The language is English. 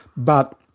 but